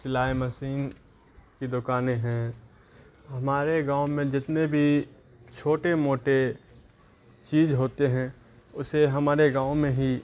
سلائی مشین کی دکانیں ہیں ہمارے گاؤں میں جتنے بھی چھوٹے موٹے چیز ہوتے ہیں اسے ہمارے گاؤں میں ہی